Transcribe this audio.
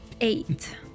Eight